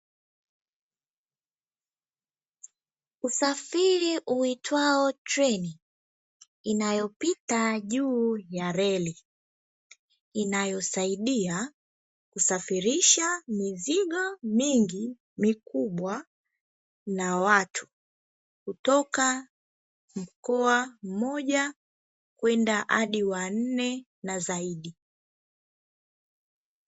Usafiri uitwao treni inayopita juu ya reli, inayosaidia kusafirishja mizigo mingi mikubwa na watu, kutoka mkoa mmoja kwenda; hadi wa nne na zaidi.